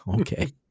Okay